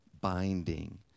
binding